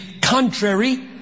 contrary